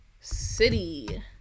city